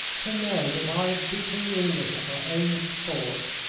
to know that i had beaten the english at their own sport.